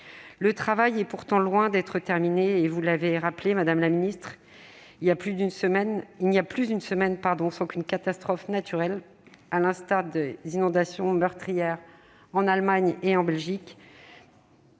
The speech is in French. Le travail est pourtant loin d'être terminé. Comme vous l'avez souligné, madame la ministre, plus une semaine ne passe sans qu'une catastrophe naturelle, à l'image des inondations meurtrières en Allemagne et en Belgique,